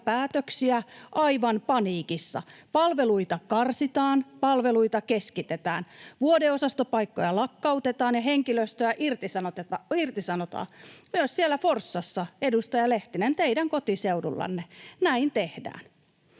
päätöksiä aivan paniikissa. Palveluita karsitaan, palveluita keskitetään, vuodeosastopaikkoja lakkautetaan ja henkilöstöä irtisanotaan. Myös siellä Forssassa, edustaja Lehtinen, teidän kotiseudullanne näin tehdään.